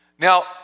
Now